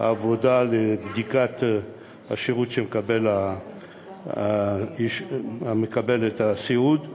העבודה של בדיקת השירות שמקבל המקבל את הסיעוד, ב.